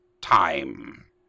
time